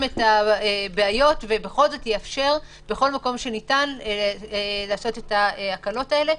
את הבעיות ובכל זאת יאפשר בכל מקום שניתן לעשות את ההקלות האלה.